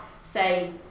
say